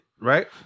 right